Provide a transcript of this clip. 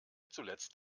zuletzt